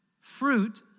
Fruit